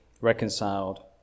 reconciled